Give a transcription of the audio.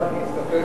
אני אסתפק